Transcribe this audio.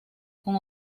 con